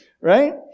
right